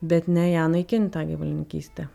bet ne ją naikint tą gyvulininkystę